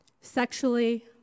sexually